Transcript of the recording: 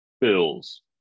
bills